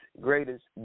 greatest